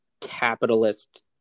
capitalist